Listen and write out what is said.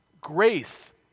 Grace